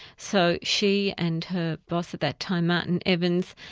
so she and her boss at that time, martin evans,